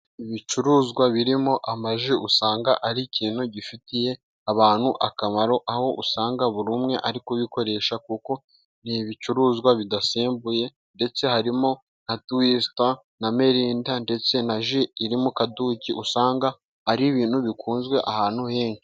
Ibicuruzwa birimo amaji, usanga ari ikintu gifitiye abantu akamaro aho usanga buri umwe ari kubikoresha kuko ni ibicuruzwa bidasembuye ndetse harimo na tuwisita na mirinda ndetse naji iri mu kaduki usanga ar'ibintu bikunzwe ahantu henshi.